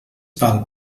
val